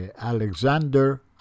Alexander